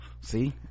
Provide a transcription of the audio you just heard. see